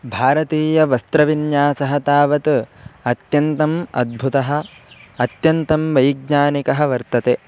भारतीयवस्त्रविन्यासः तावत् अत्यन्तम् अद्भुतः अत्यन्तं वैज्ञानिकः वर्तते